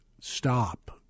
Stop